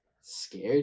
Scared